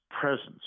presence